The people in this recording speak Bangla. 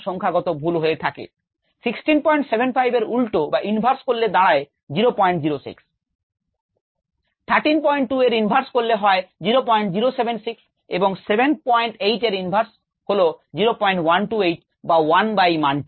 132 এর inverse করলে হয় 0076 এবং 78 এর inverse হল 0128 বা 1 বাই মান টি